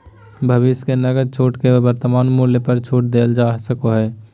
भविष्य के नकद छूट के वर्तमान मूल्य पर छूट देल जा सको हइ